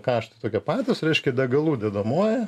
kaštai tokie patys reiškia degalų dedamoji